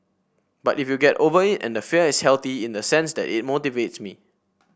but you get over it and the fear is healthy in the sense that it motivates me